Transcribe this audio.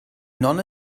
nonne